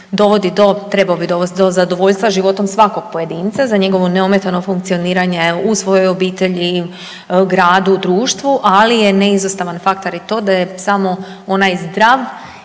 dovodi, trebao bi dovesti do zadovoljstva životom svakog pojedinca za njegovo neometano funkcioniranje u svojoj obitelji, gradu, društvu, ali je neizostavan faktor i to da je samo onaj zdrav